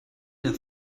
der